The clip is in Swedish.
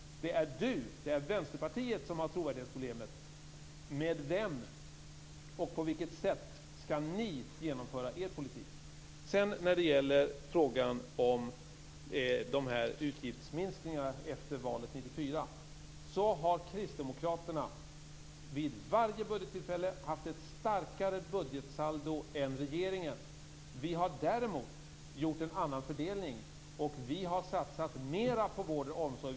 Det är Lars Bäckström och Vänsterpartiet som har trovärdighetsproblemet. Med vem och på vilket sätt skall ni genomföra er politik? När det gäller frågan om utgiftsminskningarna efter valet 1994 har kristdemokraterna vid varje budgettillfälle haft ett starkare budgetsaldo än regeringen. Vi har däremot gjort en annan fördelning, och vi har satsat mera på vård och omsorg.